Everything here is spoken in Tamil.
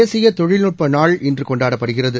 தேசிய தொழில்நுட்ப நாள் இன்று கொண்டாடப்படுகிறது